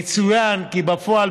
יצוין כי בפועל,